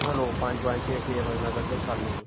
ओह् लोक पंज पंज छे छे फसलां कड्ढदे सालै दियां